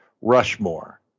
Rushmore